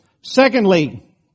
Secondly